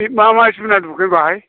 मा मा जुनार नुगोन बैहाय